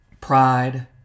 pride